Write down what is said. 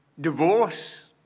divorce